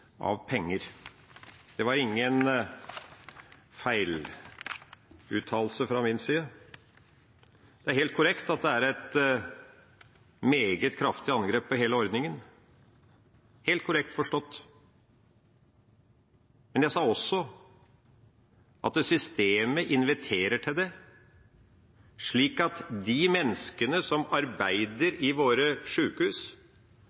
av penger. Det var ingen feiluttalelse fra min side. Det er helt korrekt at det er et meget kraftig angrep på hele ordningen – helt korrekt forstått. Men jeg sa også at systemet inviterer til det, slik at de menneskene som